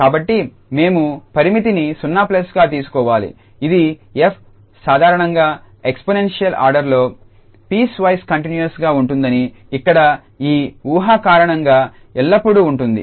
కాబట్టి మేము పరిమితిని 0గా తీసుకోవాలి ఇది 𝑓 సాధారణంగా ఎక్స్పోనెన్షియల్ ఆర్డర్లో పీస్వైస్ కంటిన్యూస్ గా ఉంటుందని ఇక్కడ ఈ ఊహ కారణంగా ఎల్లప్పుడూ ఉంటుంది